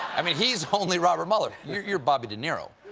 i mean, he's only robert mueller. you're you're bobby de niro.